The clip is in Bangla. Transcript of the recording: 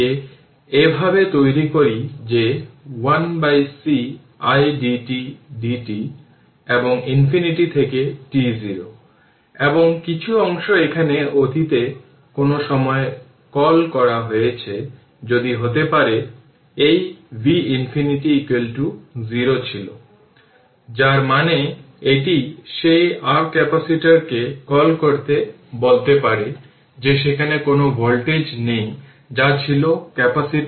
প্রাথমিকভাবে stored half L I0 square আবার প্রাথমিকভাবে ইন্ডাক্টরে স্টোরড এনার্জি শেষ পর্যন্ত রেজিষ্টর বিলুপ্ত হয়